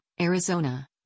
Arizona